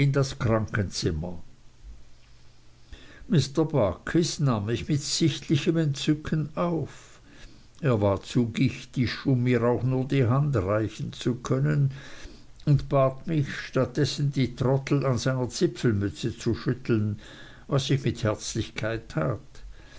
das krankenzimmer mr barkis nahm mich mit sichtlichem entzücken auf er war zu gichtisch um mir auch nur die hand reichen zu können und bat mich statt dessen die trottel an seiner zipfelmütze zu schütteln was ich mit herzlichkeit tat